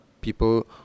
people